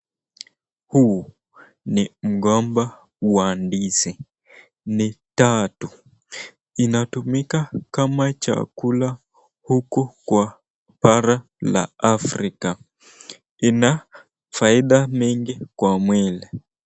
Huu ni mgomba wa ndizi ni tatu inatumika kama chakula huku kwa bara la Afrika, ina faida mengi kwa mwili.